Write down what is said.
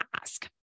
ask